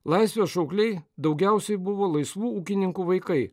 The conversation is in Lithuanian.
laisvės šaukliai daugiausiai buvo laisvų ūkininkų vaikai